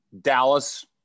Dallas